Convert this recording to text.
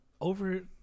over